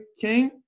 king